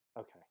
Okay